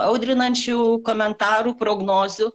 audrinančių komentarų prognozių